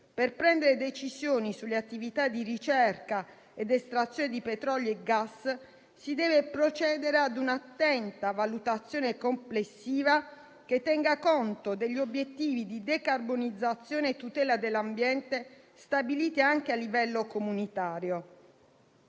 Per prendere decisioni sulle attività di ricerca ed estrazione di petrolio e gas si deve procedere a un'attenta valutazione complessiva, che tenga conto degli obiettivi di decarbonizzazione e tutela dell'ambiente stabiliti anche a livello comunitario.